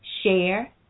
Share